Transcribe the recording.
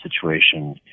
situation